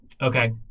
Okay